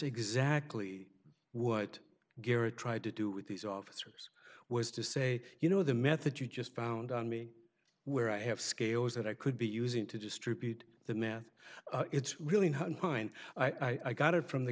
exactly what gary tried to do with these officers was to say you know the method you just found on me where i have scales that i could be using to distribute the math it's really one hein i got it from the